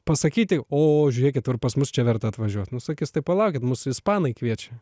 pasakyti o žiūrėkit ir pas mus čia verta atvažiuot nu sakys tai palaukit mus ispanai kviečia